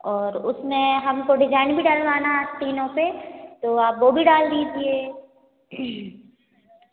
और उसमें हमको डिजाइन भी डलवाना आस्तीनों पर तो आप वह भी डाल दीजिए